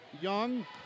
Young